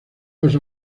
los